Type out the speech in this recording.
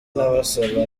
nabasaba